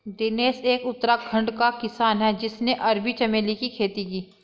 दिनेश एक उत्तराखंड का किसान है जिसने अरबी चमेली की खेती की